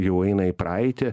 jau eina į praeitį